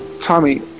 Tommy